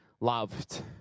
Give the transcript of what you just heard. loved